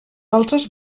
altres